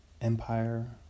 empire